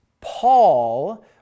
Paul